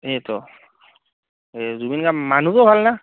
সেয়ে ত জুবিন গাৰ্গ মানুহটো ভাল ন